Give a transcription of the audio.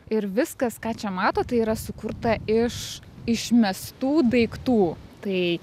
ir viskas ką čia matot tai yra sukurta iš išmestų daiktų tai